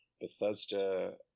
Bethesda